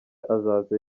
azaza